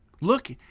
Look